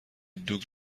دوگ